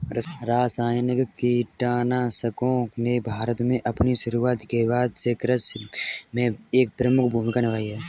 रासायनिक कीटनाशकों ने भारत में अपनी शुरूआत के बाद से कृषि में एक प्रमुख भूमिका निभाई है